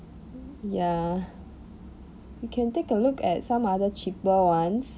ya you can take a look at some other cheaper ones